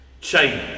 Change